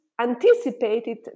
anticipated